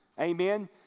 Amen